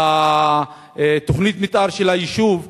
לתוכנית המיתאר של היישוב,